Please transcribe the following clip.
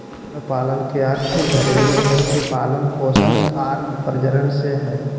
भेड़ पालन के अर्थ घरेलू भेड़ के पालन पोषण आर प्रजनन से हइ